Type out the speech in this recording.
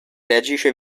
reagisce